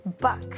Buck